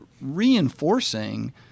reinforcing